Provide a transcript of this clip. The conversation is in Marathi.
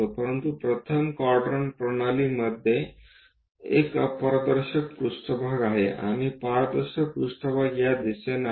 परंतु प्रथम क्वाड्रंट प्रणालीमध्ये एक अपारदर्शक पृष्ठभाग आहे आणि पारदर्शक पृष्ठभाग या दिशेने आहे